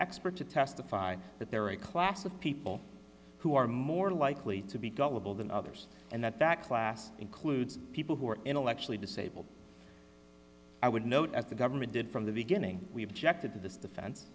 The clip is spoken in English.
expert to testify that there are a class of people who are more likely to be gullible than others and that that class includes people who are intellectually disabled i would note that the government did from the beginning we objected to this defense